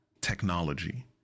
technology